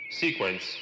Sequence